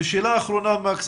שאלה אחרונה מקס,